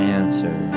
answer